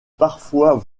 parfois